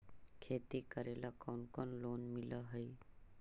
खेती करेला कौन कौन लोन मिल हइ?